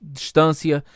distância